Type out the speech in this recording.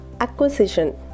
Acquisition